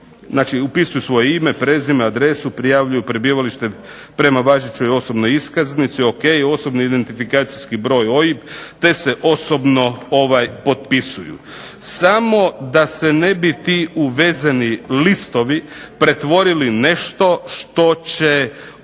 upisuju svoje ime, prezime, adresu, prijavljuju prebivalište prema važećoj osobnoj iskaznici. O.k. Osobni identifikacijski broj OIB, te se osobno potpisuju. Samo da se ne bi ti uvezeni listovi pretvorili nešto što će